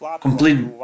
complete